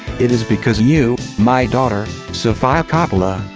it is because you, my daughter, sofia coppola,